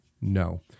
no